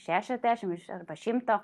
šešiasdešimt arba šimto